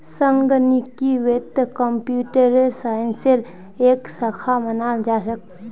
संगणकीय वित्त कम्प्यूटर साइंसेर एक शाखा मानाल जा छेक